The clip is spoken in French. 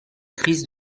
crise